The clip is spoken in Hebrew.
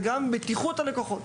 וגם בבטיחות הלקוחות